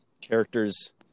characters